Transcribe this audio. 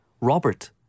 Robert